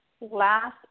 last